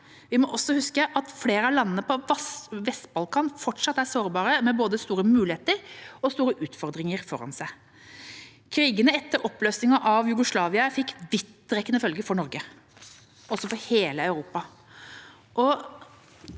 Vi må også huske at flere av landene på Vest-Balkan fortsatt er sårbare med både store muligheter og store utfordringer foran seg. Krigene etter oppløsningen av Jugoslavia fikk vidtrekkende følger for Norge og for hele Europa.